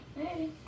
Hey